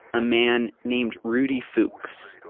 a man named rudi fuchs.